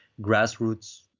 grassroots